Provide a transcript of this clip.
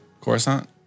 Coruscant